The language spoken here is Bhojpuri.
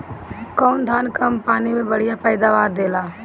कौन धान कम पानी में बढ़या पैदावार देला?